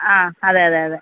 ആ അതെ അതെ അതെ